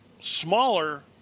smaller